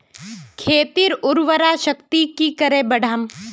खेतीर उर्वरा शक्ति की करे बढ़ाम?